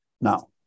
Now